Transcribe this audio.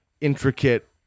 Intricate